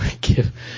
give